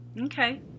Okay